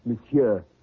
Monsieur